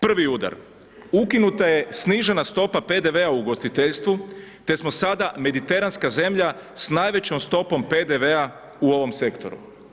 Prvi udar, ukinuta je snižena stopa PDV-a u ugostiteljstvu te smo sada mediteranska zemlja sa najvećom stopom PDV-a u ovom sektoru.